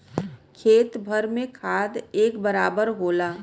खेत भर में खाद एक बराबर होला